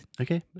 Okay